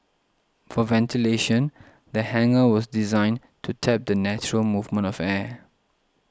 for ventilation the hangar was designed to tap the natural movement of air